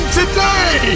today